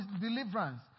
deliverance